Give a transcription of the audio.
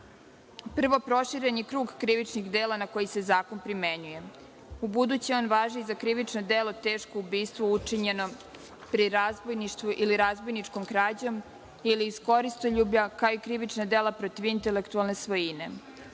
grupe. Prvo, proširen je krug krivičnih dela na koji se zakon primenjuje. Ubuduće on važi i za krivično delo teško ubistvo učinjeno pri razbojništvu ili razbojničkom krađom ili iz koristoljublja, kao i krivična dela protiv intelektualne svojine.